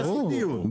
זה הסיפור.